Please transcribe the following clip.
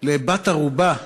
לבת-ערובה